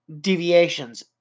deviations